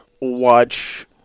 watch